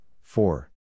four